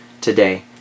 today